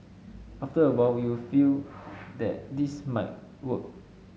after a while you feel that this might work